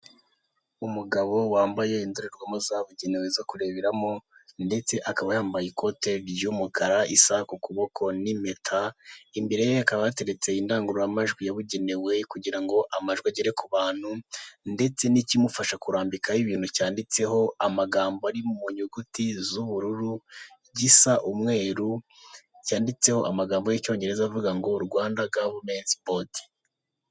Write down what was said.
Umugabo wambaye indorerwamo zabugenewe zo kureberamo ndetse akaba yambaye ikote ry'umukara isaha ku kuboko n'impeta imbere ye hakaba hateretse indangururamajwi yabugenewe kugira ngo amajwi agere ku bantu ndetse n'ikimufasha kurambikaho ibintu cyanditseho amagambo ari mu nyuguti z'ubururu gisa umweru cyanditseho amagambo y'icyongereza avuga ngo Rwanda governance board.